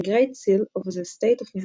Great Seal of the State of Mississippi".